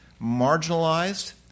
marginalized